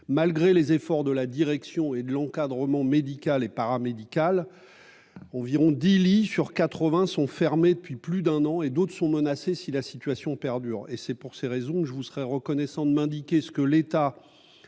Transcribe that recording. Malgré les efforts de la direction et de l'encadrement médical et paramédical. Environ 10 lits sur 80 sont fermés depuis plus d'un an et d'autres sont menacées, si la situation perdure et c'est pour ces raisons je vous serais reconnaissant de m'indiquer ce que l'État.